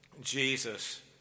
Jesus